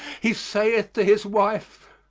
he sayeth to his wife,